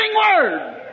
Word